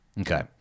okay